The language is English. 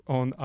on